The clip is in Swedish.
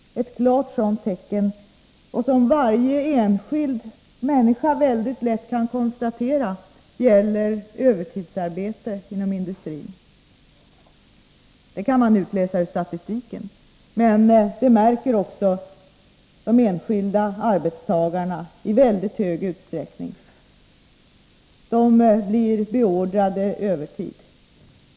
Ett klart sådant tecken — och det kan varje enskild människa mycket lätt konstatera — är övertidsarbetet inom industrin. Här kan man utläsa utvecklingen ur statistiken, men även de enskilda arbetstagarna märker i mycket stor utsträckning utvecklingstrenden. Arbetstagarna blir beordrade övertidsarbete.